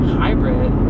hybrid